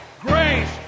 grace